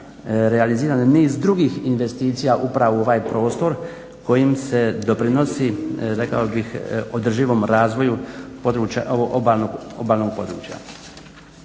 realiziran niz drugih investicija upravo u ovaj prostor kojim se doprinosi, rekao bih održivom razvoju obalnog područja.